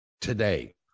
today